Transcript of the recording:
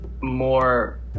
more